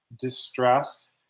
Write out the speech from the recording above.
distress